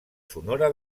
sonora